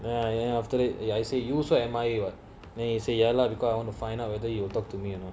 then I I after that eh I say you also M_I_A [what] then he say ya lah because you want to find out whether you will talk to me or not